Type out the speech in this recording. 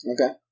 Okay